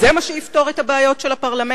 זה מה שיפתור את הבעיות של הפרלמנט?